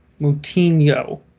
Moutinho